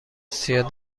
سیاه